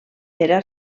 era